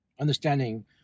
understanding